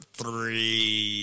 three